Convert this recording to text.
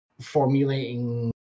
formulating